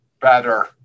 better